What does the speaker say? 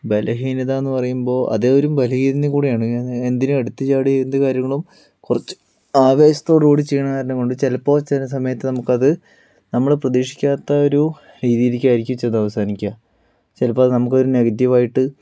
ബലഹീനതയെന്ന് പറയുമ്പോൾ അത് ഒരു ബലഹീനത കൂടിയാണ് എന്തിനും എടുത്ത് ചാടി എന്ത് കാര്യങ്ങളും കുറച്ച് ആവേശത്തോട് കൂടി ചെയ്യണ കാരണം കൊണ്ട് ചിലപ്പോൾ ചില സമയത്ത് നമുക്കത് നമ്മള് പ്രതീക്ഷിക്കാത്ത ഒരു രീതിയിലേക്കായിരിക്കും ചെന്നവസാനിക്കുക ചിലപ്പോഴത് നമുക്കൊരു നെഗറ്റീവായിട്ട്